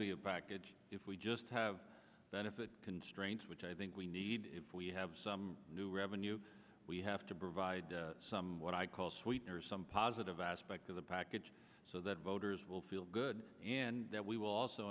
be a package if we just have benefit constraints which i think we need if we have some new revenue we have to provide some what i call sweeteners positive aspect of the package so that voters will feel good and that we will also